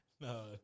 No